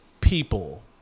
people